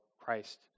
Christ